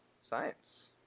science